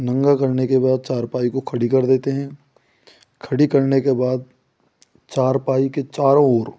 नंगा करने के बाद चारपाई को खड़ी कर देते हें खड़ी करने के बाद चारपाई के चारों ओर